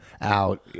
out